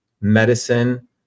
medicine